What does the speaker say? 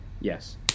Yes